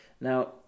now